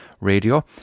Radio